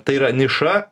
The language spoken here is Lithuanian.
tai yra niša